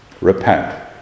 Repent